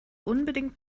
unbedingt